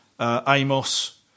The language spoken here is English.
Amos